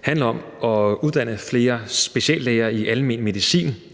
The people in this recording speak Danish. handler om at uddanne flere speciallæger i almen medicin